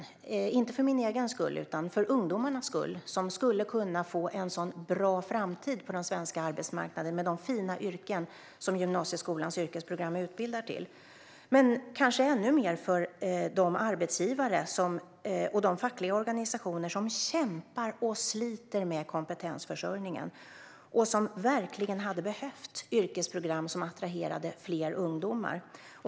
Jag är det inte för min egen skull utan för ungdomarnas skull, som skulle kunna få en sådan bra framtid på den svenska arbetsmarknaden med de fina yrken som gymnasieskolans yrkesprogram utbildar till. Men jag kanske är det ännu mer för de arbetsgivare och de fackliga organisationer som kämpar och sliter med kompetensförsörjningen och som verkligen hade behövt yrkesprogram som attraherade fler ungdomar.